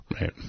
Right